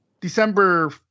December